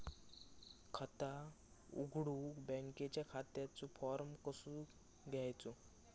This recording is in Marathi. खाता उघडुक बँकेच्या खात्याचो फार्म कसो घ्यायचो?